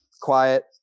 quiet